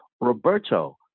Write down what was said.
Roberto